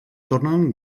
tornen